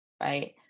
right